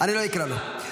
אני לא אקרא אותו.